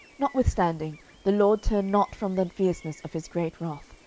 notwithstanding the lord turned not from the fierceness of his great wrath,